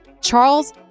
Charles